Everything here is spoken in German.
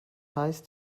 heißt